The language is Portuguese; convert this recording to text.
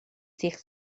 ser